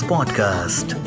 Podcast